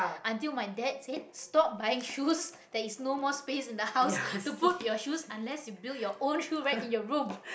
until my dad said stop buying shoes there is no more space in the house to put your shoes unless you build your own shoe rack in your room